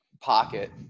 pocket